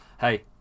hey